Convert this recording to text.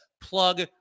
plug